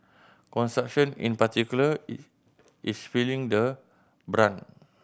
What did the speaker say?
construction in particular is is feeling the brunt